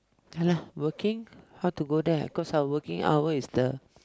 ya lah working how to go there cause our working hour is the